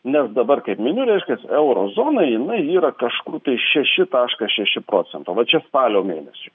nes dabar kaip miniu reiškias euro zonoj jinai yra kažkur tai šeši taškas šeši procento va čia spalio mėnesiui